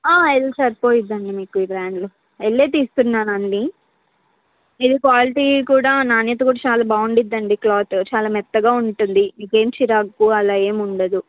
L సరిపోటుందండి మీకు ఈ బ్రాండ్లో ఎల్లే తీస్తున్నానండి మీరు క్వాలిటీ కూడా నాణ్యత కూడా చాలా బాగుంటుందండి క్లాత్ చాలా మెత్తగా ఉంటుంది మీకేమి చిరాకు అలా ఏమి ఉండదు